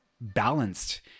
balanced